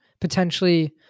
potentially